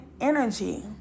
energy